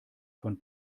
von